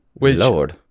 Lord